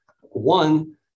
one